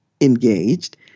engaged